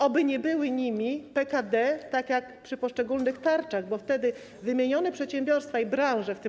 Oby nie były nimi PKD tak jak przy poszczególnych tarczach, bo wtedy wymienione przedsiębiorstwa i branże w tym